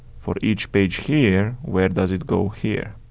for each page here, where does it go here.